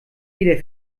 jeder